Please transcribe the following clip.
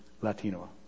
Latino